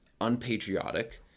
unpatriotic